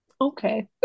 okay